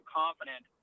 confident